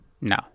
No